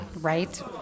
Right